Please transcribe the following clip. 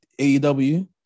AEW